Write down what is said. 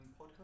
Podcast